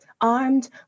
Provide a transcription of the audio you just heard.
armed